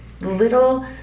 little